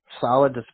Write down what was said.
solid